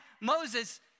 Moses